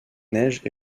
neiges